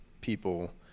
people